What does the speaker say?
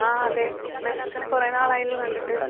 ആ അതെ മിസ്സിനെ കുറെ നാളായല്ലോ കണ്ടിട്ട്